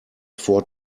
four